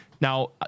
now